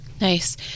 Nice